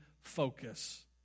focus